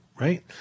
right